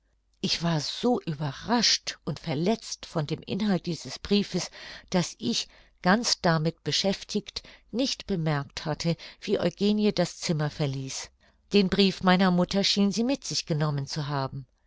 ich war so überrascht und verletzt von dem inhalt dieses briefes daß ich ganz damit beschäftigt nicht bemerkt hatte wie eugenie das zimmer verließ den brief meiner mutter schien sie mit sich genommen zu haben